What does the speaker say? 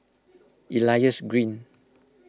Elias Green